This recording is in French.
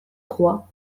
trois